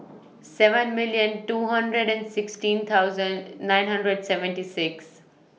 seven million two hundred and sixteen thousand nine hundred seventy six